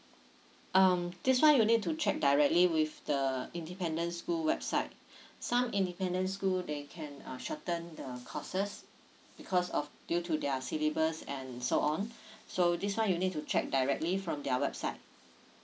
um this one you need to check directly with the independent school website some independent school they can uh shorten the courses because of due to their syllabus and so on so this one you need to check directly from their website